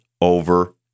over